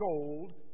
gold